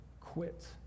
quit